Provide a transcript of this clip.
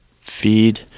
feed